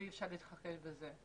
ואי אפשר להתכחש לזה,